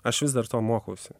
aš vis dar to mokausi